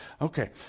Okay